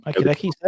okay